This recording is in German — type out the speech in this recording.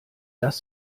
das